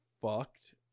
fucked